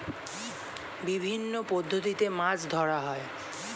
বিভিন্ন পদ্ধতিতে মাছ ধরা হয়